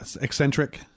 eccentric